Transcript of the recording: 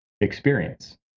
experience